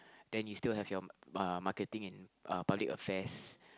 then you still have your uh marketing in uh public affairs